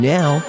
Now